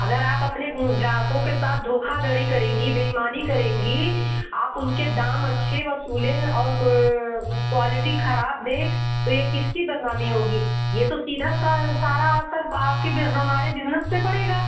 अगर आप अपने ग्राहकों के साथ धोखाधड़ी करेंगी बेईमानी करेंगी आप उनके दाम अच्छे वसूले हैं और क क्वालिटी खराब दें तो ये किसकी बदनामी होगी ये तो सीधा सा सारा असर आपकी बे हमारे बिजनस पर पड़ेगा